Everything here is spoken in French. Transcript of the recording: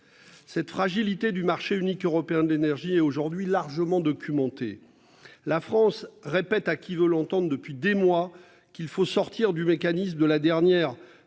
Cette fragilité du marché unique européen de l'énergie est aujourd'hui largement documenté la France répète à qui veut l'entendre depuis des mois qu'il faut sortir du mécanisme de la dernière